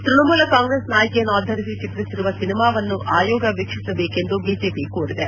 ತ್ವಣಮೂಲ ಕಾಂಗ್ರೆಸ್ ನಾಯಕಿಯನ್ನು ಆಧರಿಸಿ ಚಿತ್ರಿಸಿರುವ ಸಿನಿಮಾವನ್ನು ಆಯೋಗ ವೀಕ್ಷಿಸಬೇಕು ಎಂದು ಬಿಜೆಪಿ ಕೋರಿದೆ